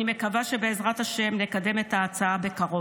אני מקווה שבעזרת השם נקדם את ההצעה בקרוב.